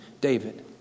David